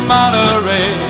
Monterey